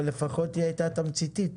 אבל לפחות היא הייתה תמציתית.